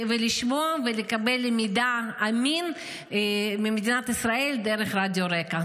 לשמוע ולקבל מידע אמין ממדינת ישראל דרך רדיו רק"ע.